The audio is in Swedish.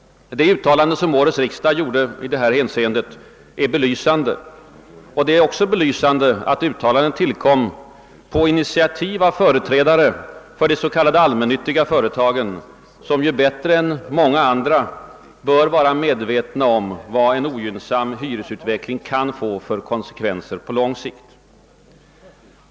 Det uttalande som årets riksdag gjorde i detta avseende är belysande. Lika belysande är att detta uttalande tillkom på initiativ av företrädare för de s.k. allmännyttiga företagen, som bättre än många andra bör vara medvetna om vad en ogynnsam hyresutveckling kan få för konsekvenser på lång sikt.